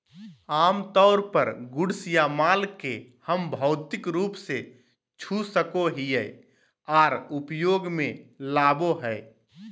आमतौर पर गुड्स या माल के हम भौतिक रूप से छू सको हियै आर उपयोग मे लाबो हय